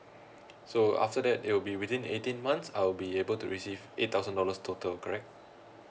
so after that it will be within eighteen months I'll be able to receive eight thousand dollars total correct